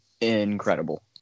incredible